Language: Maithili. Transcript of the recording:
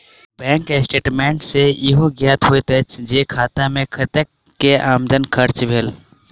बैंक स्टेटमेंट सॅ ईहो ज्ञात होइत अछि जे खाता मे कतेक के आमद खर्च भेल अछि